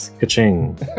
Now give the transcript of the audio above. Ka-ching